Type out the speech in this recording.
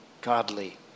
godly